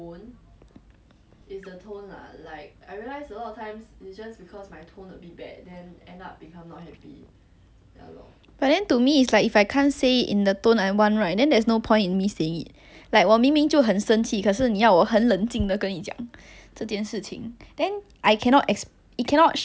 but then to me it's like if I can't say it in the tone I want right then there's no point in me saying it like 我明明就很生气可是你要我很冷静地跟你讲这件事情 then I cannot exp~ it cannot show how angry I'm actually like how angry I am at this thing then I'll feel even more tilted ugh